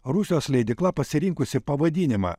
rusijos leidykla pasirinkusi pavadinimą